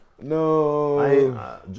No